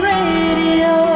Radio